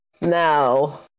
No